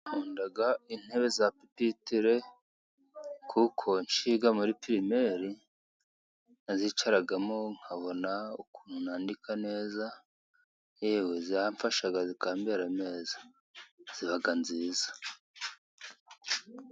Nkunda intebe za pititile, kuko ncyiga muri pirimeri nazicaragamo nkabona ukuntu nandika neza, yewe zaramfashaga zikambera neza, ziba nziza.